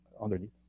underneath